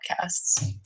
podcasts